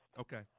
Okay